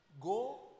go